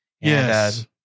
Yes